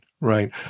right